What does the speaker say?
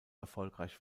erfolgreich